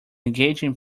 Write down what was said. engaging